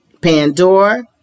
Pandora